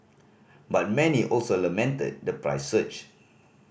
but many also lamented the price surge